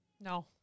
No